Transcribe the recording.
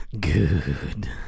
Good